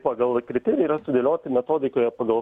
pagal kriterijai yra sudėlioti metodikoje pagal